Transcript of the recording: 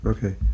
Okay